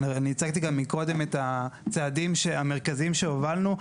אני הצגתי גם מקודם את הצעדים המרכזיים שהובלנו.